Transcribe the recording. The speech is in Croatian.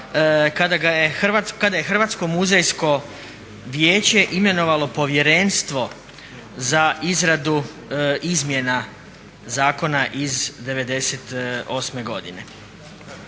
kada je Hrvatsko muzejsko vijeće imenovalo Povjerenstvo za izradu izmjena zakona iz 1998. godine.